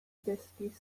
dysgu